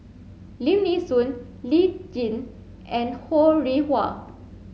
Lim Mee Soon Lee Tjin and Ho Rih Hwa